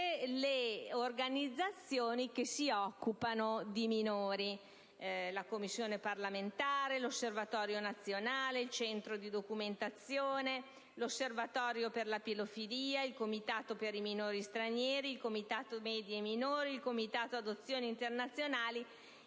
le organizzazioni che si occupano di minori: la Commissione parlamentare, l'Osservatorio nazionale, il Centro di documentazione, l'Osservatorio per la pedofilia, il Comitato per i minori stranieri, il Comitato media e minori, il Comitato adozioni internazionali